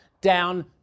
down